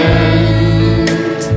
end